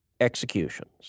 executions